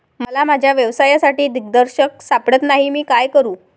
मला माझ्या व्यवसायासाठी दिग्दर्शक सापडत नाही मी काय करू?